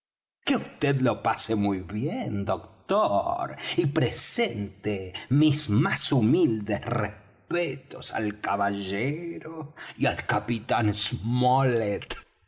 que vd lo pase muy bien doctor y presente mis más humildes respetos al caballero y al capitán smollet